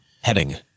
Heading